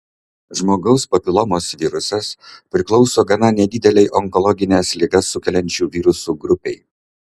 žmogaus papilomos virusas priklauso gana nedidelei onkologines ligas sukeliančių virusų grupei